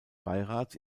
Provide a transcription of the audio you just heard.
beirats